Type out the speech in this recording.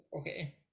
okay